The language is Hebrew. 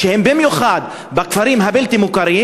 במיוחד בכפרים הבלתי-מוכרים.